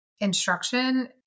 Instruction